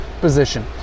position